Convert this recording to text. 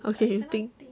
okay you think